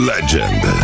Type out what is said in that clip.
Legend